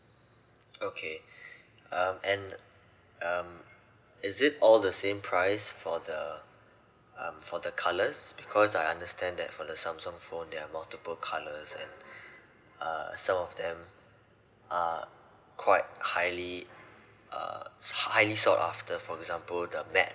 okay um and um is it all the same price for the um for the colours because I understand that for the samsung phone there are multiple colours and uh some of them are quite highly uh hi~ highly sought after for example the matte